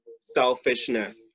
selfishness